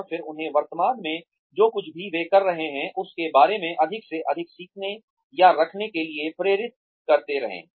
और फिर उन्हें वर्तमान में जो कुछ भी वे कर रहे हैं उस के बारे में अधिक से अधिक सीखने या रखने के लिए प्रेरित करते रहें